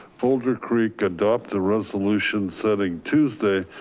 boulder creek, adopt the resolution setting tuesday,